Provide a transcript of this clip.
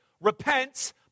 Repent